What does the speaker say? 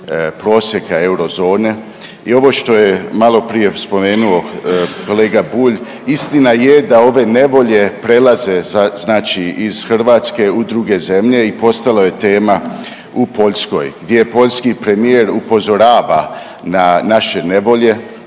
prosjeka eurozone i ovo što je maloprije spomenuo kolega Bulj, istina je da ove nevolje prelaze znači iz Hrvatske u druge zemlje i postalo je tema u Poljskoj gdje poljski premijer upozorava na naše nevolje,